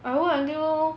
I work until